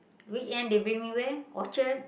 weekend they bring me where Orchard